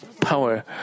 power